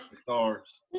stars